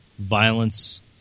Violence